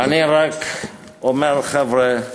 אני רק אומר, חבר'ה,